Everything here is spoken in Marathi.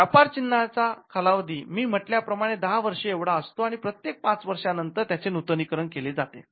व्यापार चिन्हाचा कालावधी मी म्हटल्याप्रमाणे दहा वर्षे एवढा असतो आणि प्रत्येक पाच वर्षानंतर त्याचे नूतनीकरण केले जाते